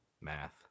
Math